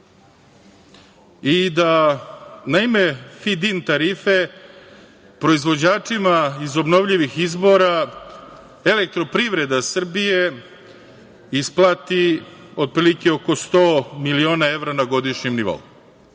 i da na ime fidin tarife proizvođačima iz obnovljivih izvora Elektroprivreda Srbije isplati otprilike oko sto miliona evra na godišnjem nivou.